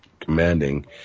commanding